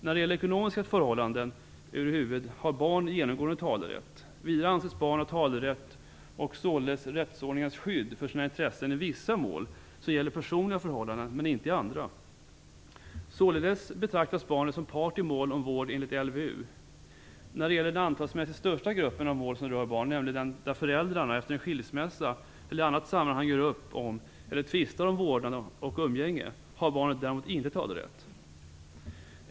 När det gäller ekonomiska förhållanden över huvud taget har barn genomgående talerätt. Vidare anses barn ha talerätt och således rättsordningens skydd för sina intressen i vissa mål som gäller personliga förhållanden men inte i andra. Således betraktas barnet som part i mål om vård enligt LVU. När det gäller den antalsmässigt största gruppen av mål som rör barn, nämligen den där föräldrarna efter en skilsmässa eller i annat sammanhang gör upp om eller tvistar om vårdnad och umgänge, har barnet däremot inte talerätt.